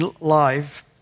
live